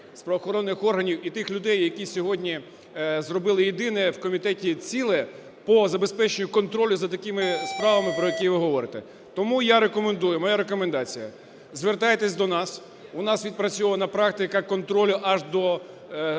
правоохоронних органів і тих людей, які сьогодні зробили єдине в комітеті ціле по забезпеченню контролю за такими справами, про які ви говорите. Тому я рекомендую, моя рекомендація – звертайтесь до нас. У нас відпрацьована практика контролю аж до,